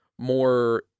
More